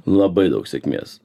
labai daug sėkmės